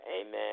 Amen